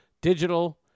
digital